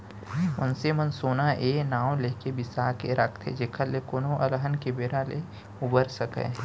मनसे मन सोना ए नांव लेके बिसा के राखथे जेखर ले कोनो अलहन के बेरा ले उबर सकय